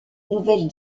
nouvelle